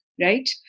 right